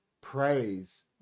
praise